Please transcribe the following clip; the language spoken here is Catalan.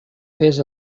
fes